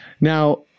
Now